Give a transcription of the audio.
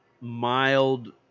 mild